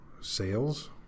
sales